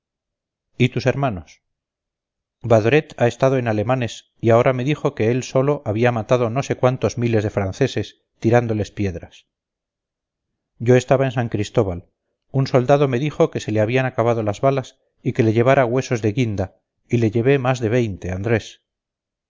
y tus hermanos badoret ha estado en alemanes y ahora me dijo que él solo había matado no sé cuántos miles de franceses tirándoles piedras yo estaba en san cristóbal un soldado me dijo que se le habían acabado las balas y que le llevara huesos de guinda y le llevé más de veinte andrés